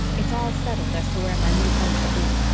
it's all settled as to where my new home shall be.